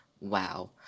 Wow